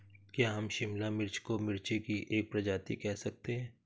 क्या हम शिमला मिर्च को मिर्ची की एक प्रजाति कह सकते हैं?